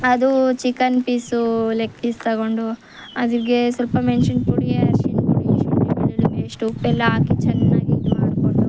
ಅದೂ ಚಿಕನ್ ಪೀಸೂ leg piece ತೊಗೊಂಡು ಅದಕ್ಕೆ ಸ್ವಲ್ಪ ಮೆಣಸಿನ ಪುಡಿ ಅರಿಶ್ಣ ಪುಡಿ ಶುಂಟಿ ಬೆಳ್ಳುಳ್ಳಿ ಪೇಶ್ಟು ಉಪ್ಪೆಲ್ಲ ಹಾಕಿ ಚೆನ್ನಾಗಿ ಇದು ಮಾಡ್ಕೊಂಡು